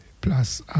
plus